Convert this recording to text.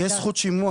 יש זכות שימוע.